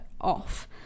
off